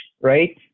right